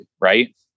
right